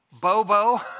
Bobo